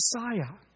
Messiah